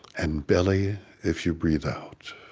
and belly if you breathe out